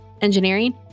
engineering